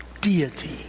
deity